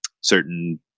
certain